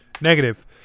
Negative